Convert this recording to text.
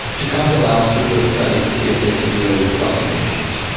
to come to laos to do a study to see if they could deal with cluster munitions.